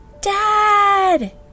Dad